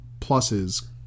pluses